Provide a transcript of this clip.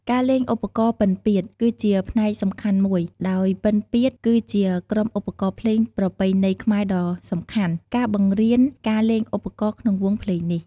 ការលេងឧបករណ៍ពិណពាទ្យ គឺជាផ្នែកសំខាន់មួយ ដោយពិណពាទ្យគឺជាក្រុមឧបករណ៍ភ្លេងប្រពៃណីខ្មែរដ៏សំខាន់ ការបង្រៀនការលេងឧបករណ៍ក្នុងវង់ភ្លេងនេះ។